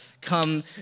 come